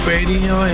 Radio